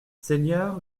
seigneur